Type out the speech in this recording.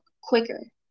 quicker